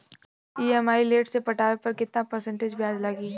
EMI late से पटावे पर कितना परसेंट ब्याज लगी?